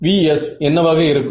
v's என்னவாக இருக்கும்